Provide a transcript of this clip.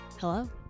Hello